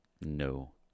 no